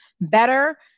better